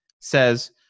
says